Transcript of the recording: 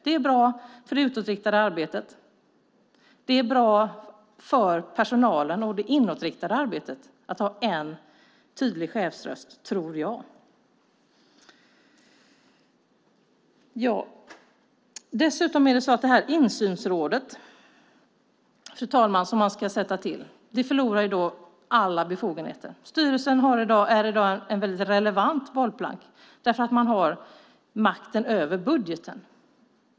Det är bra för det utåtriktade arbetet, och det är bra för personalen och det inåtriktade arbetet att ha en tydlig chefsröst. Det insynsråd som man ska sätta till förlorar alla befogenheter. Styrelsen är i dag ett väldigt relevant bollplank, för man har makten över budgeten.